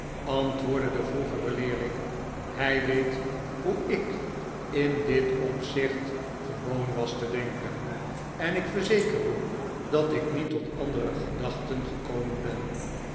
antwoordde de vroegere leerling hij weet hoe ik in dit opzicht gewoon was te denken en ik verzeker u dat ik niet tot andere gedachten gekomen ben